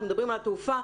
אתם מדברים על התעופה,